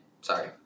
Sorry